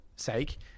sake